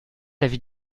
l’avis